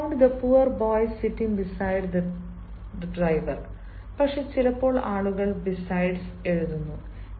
he found the poor boy sitting beside the driver പക്ഷേ ചിലപ്പോൾ ആളുകൾ ബിസെഡ്സ് എഴുതുന്നു